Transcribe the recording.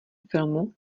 filmu